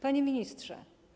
Panie Ministrze!